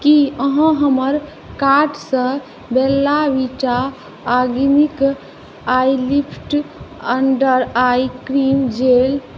की अहाँ हमर कार्ट सँ Bella Vita organic eyelift under eye cream jail